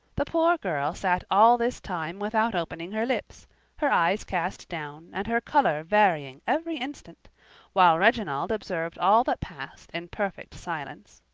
the poor girl sat all this time without opening her lips her eyes cast down, and her colour varying every instant while reginald observed all that passed in perfect silence.